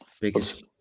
Biggest